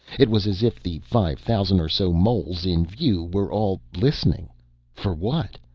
it was as if the five thousand or so moles in view were all listening for what?